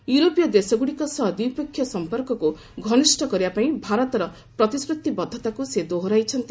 ୟୁରୋପୀୟ ଦେଶଗୁଡ଼ିକ ସହ ଦ୍ୱିପକ୍ଷୀୟ ସମ୍ପର୍କକୁ ଘନିଷ୍ଠ କରିବାପାଇଁ ଭାରତର ପ୍ରତିଶ୍ରତିବଦ୍ଧତାକୁ ସେ ଦୋହରାଇଛନ୍ତି